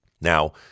Now